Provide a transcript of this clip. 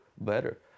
better